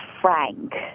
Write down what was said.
Frank